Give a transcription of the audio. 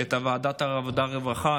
את ועדת העבודה והרווחה,